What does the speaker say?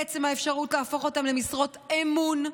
עצם האפשרות להפוך אותם למשרות אמון,